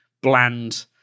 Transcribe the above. bland